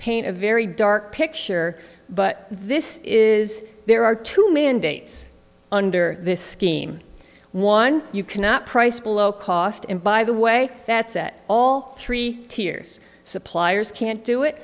paint a very dark picture but this is there are two mandates under this scheme one you cannot price below cost and by the way that's at all three tiers suppliers can't do it